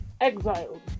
exiled